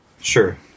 Sure